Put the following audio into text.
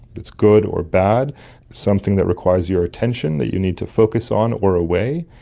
that's good or bad, something that requires your attention that you need to focus on or away,